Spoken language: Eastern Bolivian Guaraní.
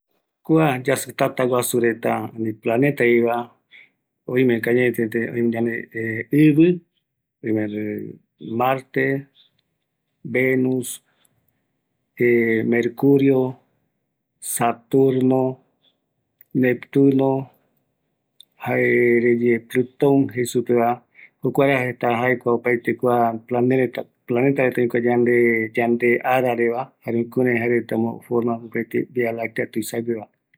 Kua yasɨ tataguaju reta jaeko oɨme, planeta reta, jae marte, venus, tierra, jupiter, neptuno, pluton saturno, orion, oimetei jeta reta